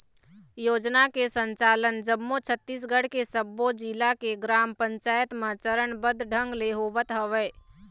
योजना के संचालन जम्मो छत्तीसगढ़ के सब्बो जिला के ग्राम पंचायत म चरनबद्ध ढंग ले होवत हवय